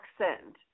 accent